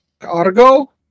argo